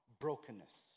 brokenness